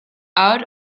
out